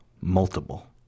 multiple